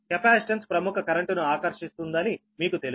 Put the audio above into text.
capacitance ప్రముఖ కరెంట్ను ఆకర్షిస్తుందని మీకు తెలుసు